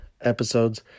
episodes